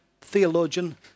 theologian